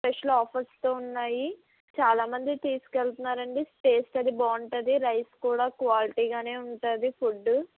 special ఆఫర్స్తో ఉన్నాయి చాలా మంది తీసుకెళ్తున్నారండి టేస్ట్ అది బాగుంటుంది రైస్ కూడా క్వాలిటీగానే ఉంటుంది ఫుడ్డు